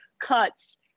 cuts